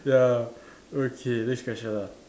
ya okay next question ah